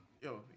yo